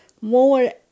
more